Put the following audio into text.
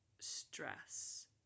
Stress